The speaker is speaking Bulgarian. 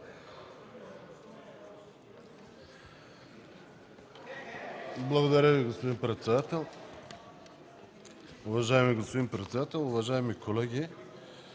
Благодаря, господин председател. Уважаеми колеги,